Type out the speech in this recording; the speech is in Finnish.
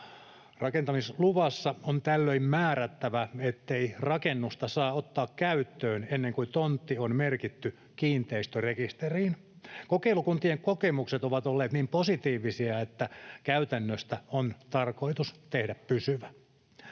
Rakentamisluvassa on tällöin määrättävä, ettei rakennusta saa ottaa käyttöön ennen kuin tontti on merkitty kiinteistörekisteriin. Kokeilukuntien kokemukset ovat olleet niin positiivisia, että käytännöstä on tarkoitus tehdä pysyvä.